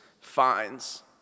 finds